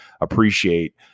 appreciate